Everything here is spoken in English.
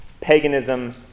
paganism